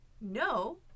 No